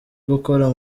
gukora